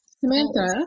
Samantha